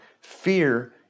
Fear